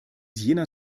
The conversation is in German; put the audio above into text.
jener